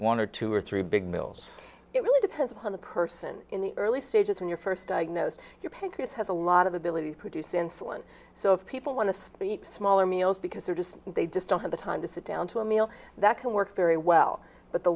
one or two or three big meals it really depends upon the person in the early stages in your first diagnose your pictures have a lot of ability to produce insulin so if people want to speak smaller meals because they're just they just don't have the time to sit down to a meal that can work very well but the